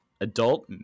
adult